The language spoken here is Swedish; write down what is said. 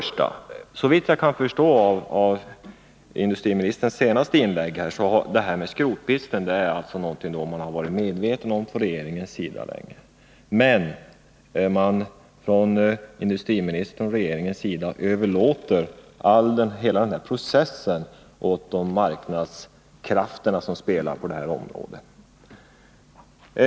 Såvitt jag kunde förstå av industriministerns senaste inlägg har man inom regeringen länge varit medveten om skrotbristen, men industriministern har överlåtit hela den processen åt de marknadskrafter som spelar på området.